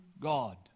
God